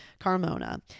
Carmona